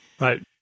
Right